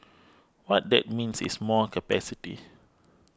what that means is more capacity